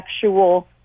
sexual